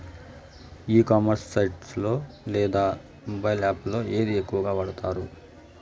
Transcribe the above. ఈ commerce site లో లేదా మొబైల్ యాప్ లో ఏది ఎక్కువగా వాడుతారు?